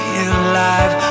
alive